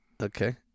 Okay